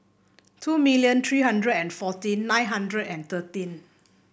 two million three hundred and fourteen nine hundred and thirteen